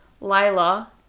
Lila